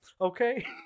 Okay